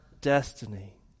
destiny